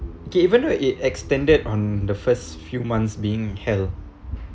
okay even though it extended on the first few months being hell